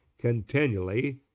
continually